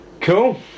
Cool